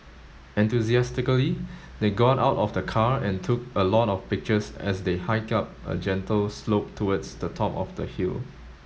enthusiastically they got out of the car and took a lot of pictures as they hiked up a gentle slope towards the top of the hill